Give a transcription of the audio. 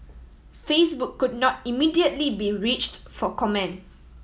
Facebook could not immediately be reached for comment